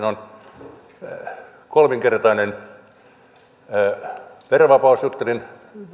on kolminkertainen verovapaus juttelin